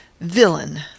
Villain